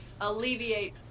alleviate